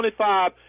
25